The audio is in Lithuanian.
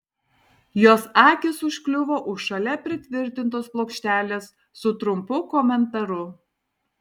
jos akys užkliuvo už šalia pritvirtintos plokštelės su trumpu komentaru